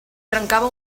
trencava